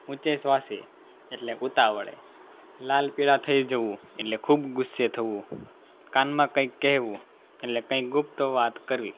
ઊંચે શ્વાસે એટલે ઉતાવળે લાલ પીળા થઈ જવું એટલે ખૂબ ગુસ્સે થવું કાનમાં કંઈક કહેવું એટલે કંઈ ગુપ્ત વાત કરવી